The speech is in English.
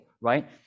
right